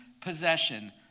possession